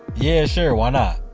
yeah, sure. why not?